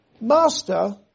Master